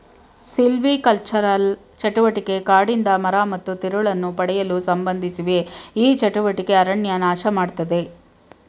silvicultural ಚಟುವಟಿಕೆ ಕಾಡಿಂದ ಮರ ಮತ್ತು ತಿರುಳನ್ನು ಪಡೆಯಲು ಸಂಬಂಧಿಸಿವೆ ಈ ಚಟುವಟಿಕೆ ಅರಣ್ಯ ನಾಶಮಾಡ್ತದೆ